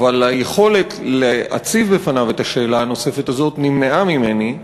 אבל היכולת להציב בפניו את השאלה הנוספת הזאת נמנעה ממני,